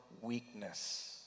weakness